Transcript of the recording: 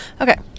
okay